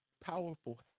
powerful